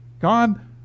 God